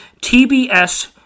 TBS